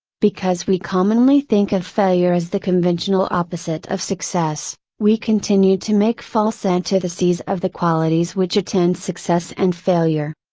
because we commonly think of failure as the conventional opposite of success, we continue to make false antitheses of the qualities which attend success and failure.